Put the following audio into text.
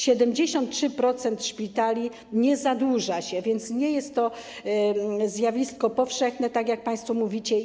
73% szpitali nie zadłuża się, więc nie jest to zjawisko powszechne, tak jak państwo mówicie.